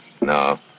No